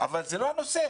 אבל זה לא הנושא.